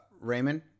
Raymond